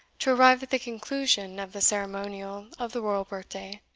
to arrive at the conclusion of the ceremonial of the royal birth-day,